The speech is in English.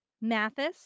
Mathis